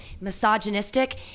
misogynistic